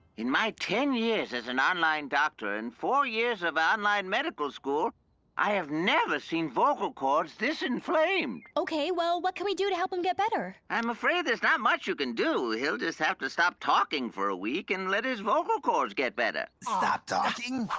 in my ten years as an online doctor and four years of online medical school i have never seen vocal cords this inflamed. ok, well, what can we do to help him get better? i'm afraid there's not much can do, he'll just have to stop talking for a week and let his vocal cords get better. stop talking!